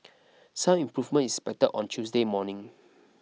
some improvement is expected on Tuesday morning